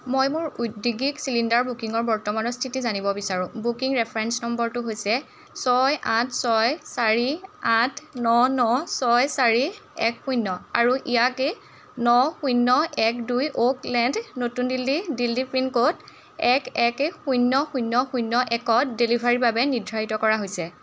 মই মোৰ ঔদ্যোগিক চিলিণ্ডাৰ বুকিঙৰ বৰ্তমানৰ স্থিতি জানিব বিচাৰোঁ বুকিং ৰেফাৰেঞ্চ নম্বৰটো হৈছে ছয় আঠ ছয় চাৰি আঠ ন ন ছয় চাৰি এক শূন্য আৰু ইয়াক ন শূন্য এক দুই ওক লেণ্ড নতুন দিল্লী দিল্লী পিনক'ড এক এক শূন্য শূন্য শূন্য একত ডেলিভাৰীৰ বাবে নিৰ্ধাৰিত কৰা হৈছে